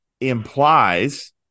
implies